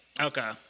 Okay